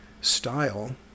style